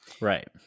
Right